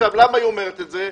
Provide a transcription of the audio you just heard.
למה היא אומרת את זה?